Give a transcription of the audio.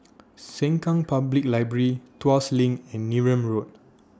Sengkang Public Library Tuas LINK and Neram Road